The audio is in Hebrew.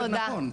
תודה.